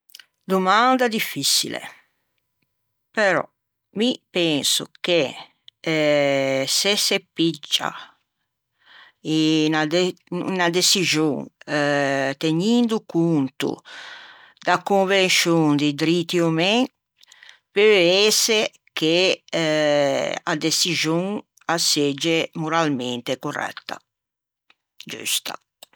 domanda diffiçile però mi penso che se se piggia 'na deçixon tegnindo conto da convenscion di driti umen peu ëse che a deçixon a segge moralmente corretta, giusta